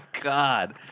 God